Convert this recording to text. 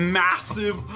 massive